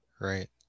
Right